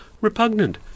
repugnant